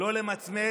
לא למצמץ.